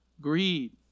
Greed